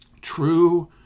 True